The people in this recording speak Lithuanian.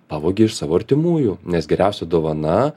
pavagi iš savo artimųjų nes geriausia dovana